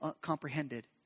comprehended